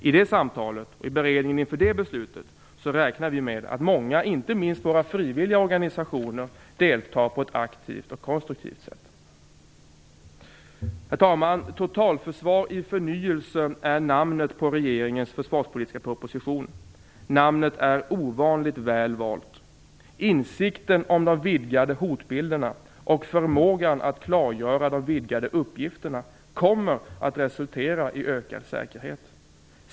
I det samtalet och i beredningen inför det beslutet räknar vi med att många, inte minst våra frivilliga organisationer, deltar på ett aktivt och konstruktivt sätt. Herr talman! Totalförsvar i förnyelsen, är namnet på regeringens försvarspolitiska proposition. Namnet är ovanligt väl valt. Insikten om de vidgade hotbilderna och förmågan att klargöra de vidgade uppgifterna kommer att resultera i ökad säkerhet.